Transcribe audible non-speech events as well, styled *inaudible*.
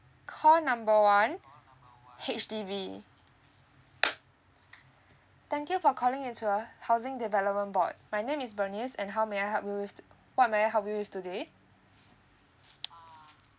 call number one H_D_B *noise* thank you for calling in to uh housing development board my name is bernice and how may I help you with what may I help you with today